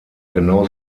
genau